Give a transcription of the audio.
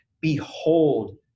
behold